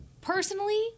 personally